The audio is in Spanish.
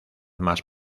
más